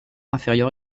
inférieure